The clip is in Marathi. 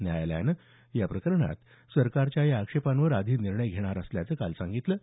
न्यायालयानं या प्रकरणात सरकारच्या या आक्षेपांवर आधी निर्णय घेणार असल्याचं म्हटलं आहे